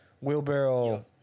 wheelbarrow